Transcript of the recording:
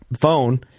phone